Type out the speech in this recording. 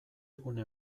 gune